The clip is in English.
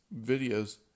videos